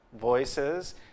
voices